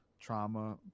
trauma